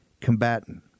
combatant